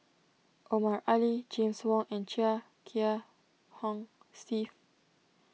Omar Ali James Wong and Chia Kiah Hong Steve